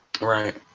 right